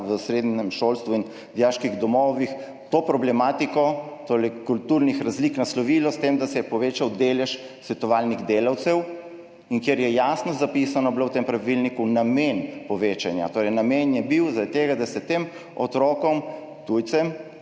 v srednjem šolstvu in dijaških domovih to problematiko, torej kulturnih razlik, naslovilo s tem, da se je povečal delež svetovalnih delavcev. In je bil jasno zapisan v tem pravilniku namen povečanja. Namen je bil, da se tem otrokom tujcem